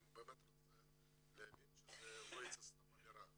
רוצה להבין שזו לא הייתה סתם אמירה.